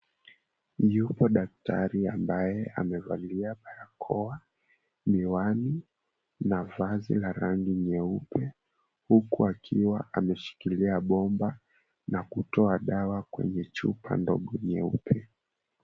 Yupo daktari ambae amevalia barakoa, miwani na vazi la rangi nyeupe huku akiwa ameshikilia bomba na kutoa dawa kwenye chupa ndogo nyeupe.